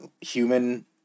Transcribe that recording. human